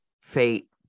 fate